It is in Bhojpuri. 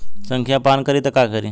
संखिया पान करी त का करी?